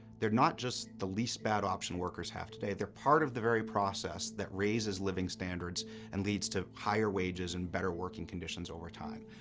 they're not just the least bad option workers have today, they're part of the very process that raises living standards and leads to higher wages and better working conditions over time.